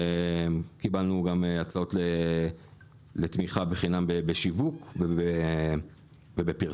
קיבלנו גם הצעות לתמיכה בחינם בשיווק ובפרסום.